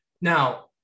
now